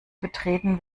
betreten